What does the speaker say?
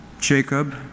Jacob